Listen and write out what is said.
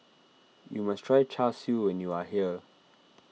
you must try Char Siu when you are here